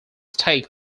stake